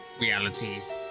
realities